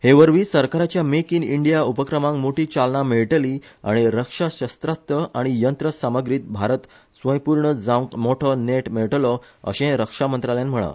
हे वरवी सरकाराच्या make in India उपक्रमाक मोठी चालना मेळटली आनी रक्षा शस्त्रास्त्र आनी यंत्र सामग्रीत भारत स्वयंपूर्ण जावंक मोठो नेट मेळटलो अशेंय रक्षामंत्रालयान म्हणला